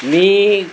मी